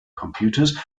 computers